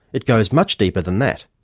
it goes much deeper than that.